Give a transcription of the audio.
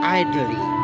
idly